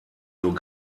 nur